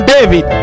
David